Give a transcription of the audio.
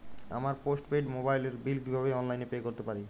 আমার postpaid মোবাইলের bill কীভাবে অনলাইনে পে করতে পারি?